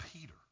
Peter